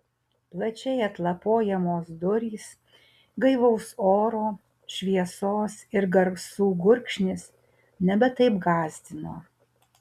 plačiai atlapojamos durys gaivaus oro šviesos ir garsų gurkšnis nebe taip gąsdino